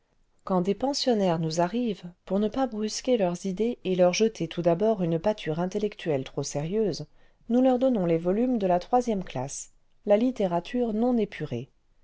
quand des pensionnaires nous arrivent pour ne pas brusquer leurs idées et leur jeter tout d'abord une pâture intellectuelle trop sérieuse nous leurs donnons les volumes de la troisième classe la littérature non épurée